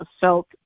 felt